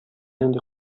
нинди